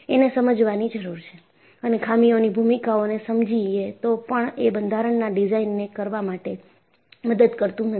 એને સમજવાની જરૂર છે અને ખામીઓની ભૂમિકાઓને સમજીએ તો પણ એ બંધારણના ડિઝાઇનને કરવા માટે મદદ કરતું નથી